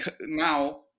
now